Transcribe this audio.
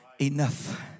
enough